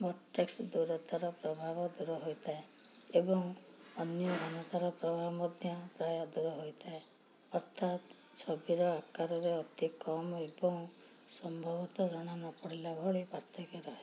Vertex ଦୂରତାର ପ୍ରଭାବ ଦୂର ହୋଇଥାଏ ଏବଂ ଅନ୍ୟ ମାନଙ୍କର ପ୍ରଭାବ ମଧ୍ୟ ପ୍ରାୟ ଦୂର ହୋଇଥାଏ ଅର୍ଥାତ୍ ଛବିର ଆକାରରେ ଅତିକମ୍ ଏବଂ ସମ୍ଭବତଃ ଜଣାନପଡ଼ିଲା ଭଳି ପାର୍ଥକ୍ୟ ରହେ